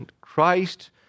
Christ